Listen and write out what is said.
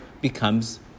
becomes